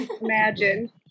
imagine